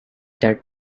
that